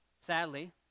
Sadly